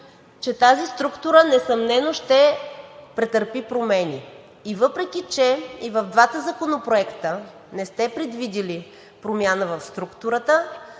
че тази структура несъмнено ще претърпи промени и въпреки че и в двата законопроекта не сте предвидили промяна в структурата,